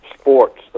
sports